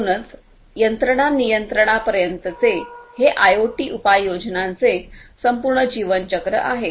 म्हणूनच यंत्रणा नियंत्रणापर्यंतचे हे आयओटी उपयोजनाचे संपूर्ण जीवनचक्र आहे